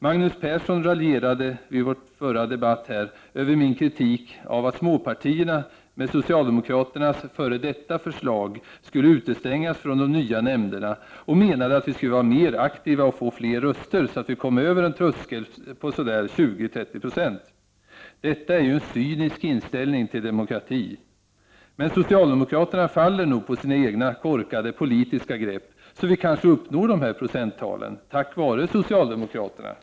Magnus Persson raljerade över min kritik av att småpartierna med socialdemokraternas förra förslag skulle utestängas från de nya nämnderna och menade att vi skulle vara mer aktiva och få fler röster så att vi kom över en tröskel på så där 20-30 26. Detta är ju en cynisk inställning till demokratin. Men socialdemokraterna faller nog på sina egna korkade politiska grepp, så vi kanske uppnår de här procenttalen tack vare socialdemokraterna.